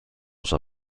sua